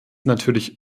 natürlich